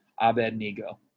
Abednego